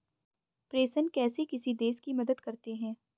प्रेषण कैसे किसी देश की मदद करते हैं?